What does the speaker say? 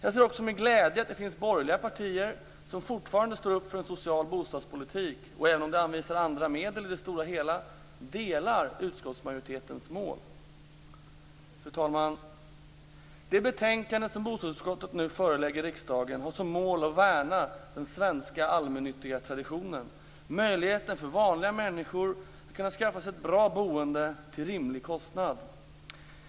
Jag ser också med glädje att det finns borgerliga partier som fortfarande står upp för en social bostadspolitik och som, även om de anvisar andra medel, i det stora hela delar utskottsmajoritetens mål. Fru talman! Det betänkande som bostadsutskottet nu förelägger riksdagen har som mål att värna den svenska allmännyttiga traditionen, möjligheten för vanliga människor att skaffa sig ett bra boende till en rimlig kostnad.